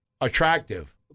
attractive